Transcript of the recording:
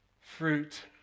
fruit